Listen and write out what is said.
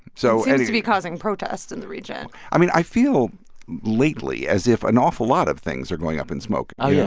and to be causing protests in the region i mean, i feel lately as if an awful lot of things are going up in smoke oh, yeah